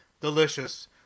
Delicious